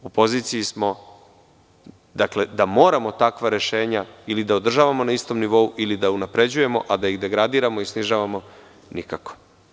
U poziciji smo da moramo takva rešenja ili da održavamo na istom nivou ili da unapređujemo, a da ih degradiramo i snižavamo nikako.